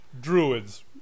Druids